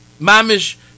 mamish